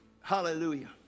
Hallelujah